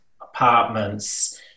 apartments